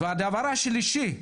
והדבר השלישי,